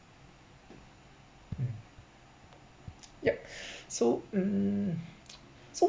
um yup so mm so